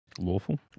Lawful